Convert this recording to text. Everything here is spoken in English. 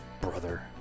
brother